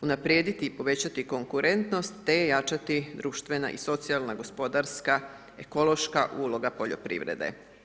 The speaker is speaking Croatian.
Unaprijediti i povećati konkurentnost, te jačati društvena i socijalna, gospodarska, ekološka uloga poljoprivrede.